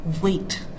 wait